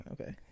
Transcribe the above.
Okay